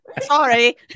Sorry